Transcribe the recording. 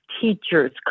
teachers